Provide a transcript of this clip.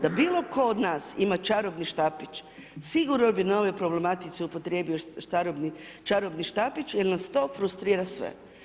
Da bilo tko od nas ima čarobni štapić, sigurno bi na ovoj problematici upotrijebio čarobni štapić jer nas to frustrira sve.